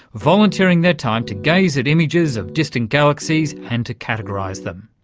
volunteering their time to gaze at images of distant galaxies and to categorise them.